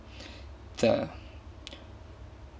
the